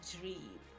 dream